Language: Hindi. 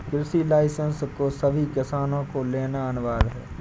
कृषि लाइसेंस को सभी किसान को लेना अनिवार्य है